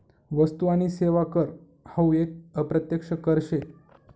वस्तु आणि सेवा कर हावू एक अप्रत्यक्ष कर शे